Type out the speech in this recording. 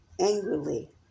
angrily